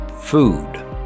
food